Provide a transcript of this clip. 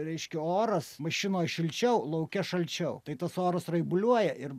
reiškia oras mašinoj šilčiau lauke šalčiau tai tas oras raibuliuoja ir